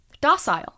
docile